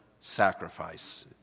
Sacrifice